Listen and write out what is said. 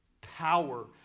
power